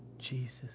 Jesus